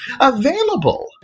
available